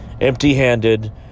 empty-handed